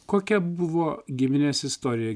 kokia buvo giminės istorija